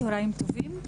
צהריים טובים,